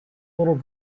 little